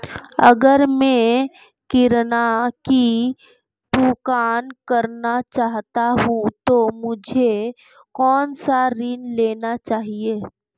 अगर मैं किराना की दुकान करना चाहता हूं तो मुझे कौनसा ऋण लेना चाहिए?